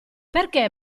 perché